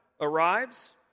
arrives